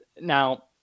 Now